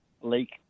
Lake